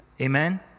Amen